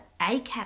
ACAT